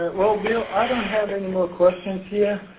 well, bill, i don't have any more questions here.